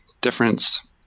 difference